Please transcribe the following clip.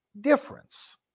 difference